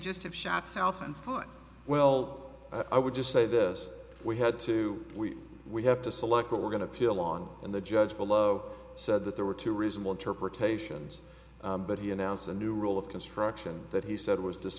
just have shot south and thought well i would just say this we had to we we have to select what we're going to appeal on and the judge below said that there were two reasonable interpretations but he announced a new rule of construction that he said was